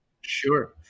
Sure